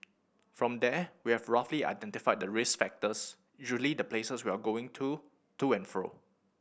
from there we have roughly identify the risk factors usually the places they're going to to and fro